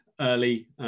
early